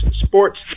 sports